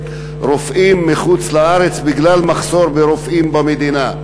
רופאים מחוץ-לארץ בגלל מחסור ברופאים במדינה.